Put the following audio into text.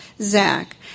Zach